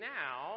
now